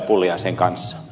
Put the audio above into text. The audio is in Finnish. pulliaisen kanssa